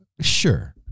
sure